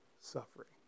suffering